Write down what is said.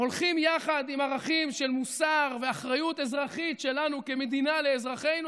הולכים יחד עם ערכים של מוסר ואחריות אזרחית שלנו כמדינה לאזרחינו,